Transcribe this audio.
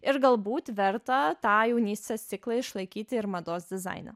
ir galbūt verta tą jaunystės ciklą išlaikyti ir mados dizaine